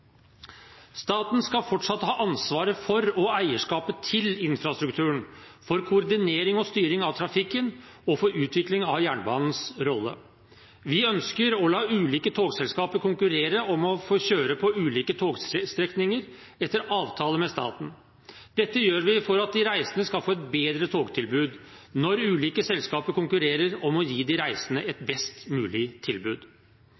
Staten skal fortsatt ha ansvaret for og eierskapet til infrastrukturen, for koordinering og styring av trafikken og for utvikling av jernbanens rolle. Vi ønsker å la ulike togselskaper konkurrere om å få kjøre på ulike togstrekninger etter avtale med staten. Dette gjør vi for at de reisende skal få et bedre togtilbud – når ulike selskaper konkurrerer om å gi de reisende et best mulig tilbud.